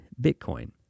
Bitcoin